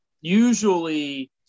usually